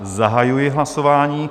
Zahajuji hlasování.